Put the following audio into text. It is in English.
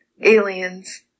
aliens